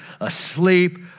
asleep